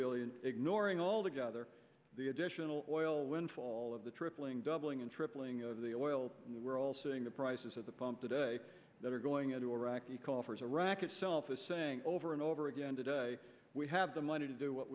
billion ignoring all together the additional oil windfall of the tripling doubling and tripling of the oil we're all seeing the prices at the pump today that are going into iraqi coffers iraq itself is saying over and over again today we have the money to do what